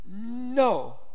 No